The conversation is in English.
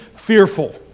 Fearful